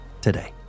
today